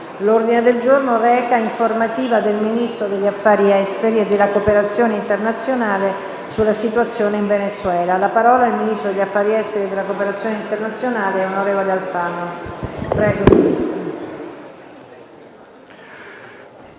L'ordine del giorno reca: «Informativa del Ministro degli affari esteri e della cooperazione internazionale sulla situazione in Venezuela». Ha facoltà di parlare il ministro degli affari esteri e della cooperazione internazionale, onorevole Alfano. [ALFANO